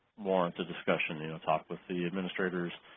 warrant a discussion you know talk with the administrators